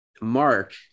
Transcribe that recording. Mark